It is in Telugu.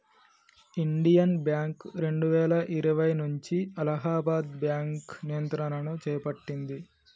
ఇండియన్ బ్యాంక్ రెండువేల ఇరవై నుంచి అలహాబాద్ బ్యాంకు నియంత్రణను చేపట్టింది